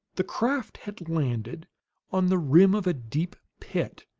the craft had landed on the rim of a deep pit,